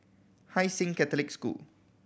Hai Sing Catholic School